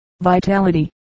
vitality